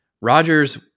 Rodgers